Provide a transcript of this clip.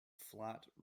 flat